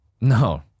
No